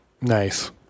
Nice